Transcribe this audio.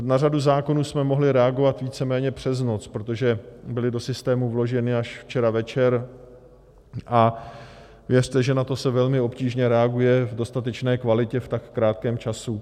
Na řadu zákonů jsme mohli reagovat víceméně přes noc, protože byly do systému vloženy až včera večer, a věřte, že na to se velmi obtížně reaguje v dostatečné kvalitě v tak krátkém čase.